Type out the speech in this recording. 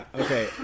okay